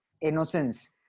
innocence